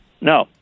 No